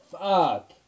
Fuck